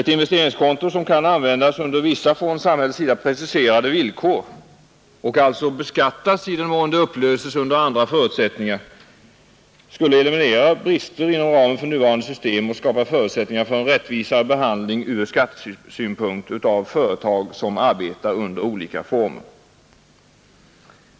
Ett investeringskonto som kan användas under vissa från samhällets sida preciserade villkor och alltså beskattas i den mån det upplöses under andra förutsättningar skulle eliminera brister inom ramen för nuvarande system och skapa förutsättningar för en rättvisare behandling från skattesynpunkt av företag som arbetar under olika former.